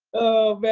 oh, man.